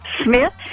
Smith